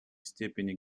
степени